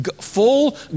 full